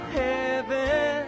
heaven